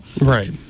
Right